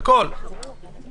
הם יוכלו